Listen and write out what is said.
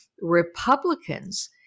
Republicans